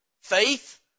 Faith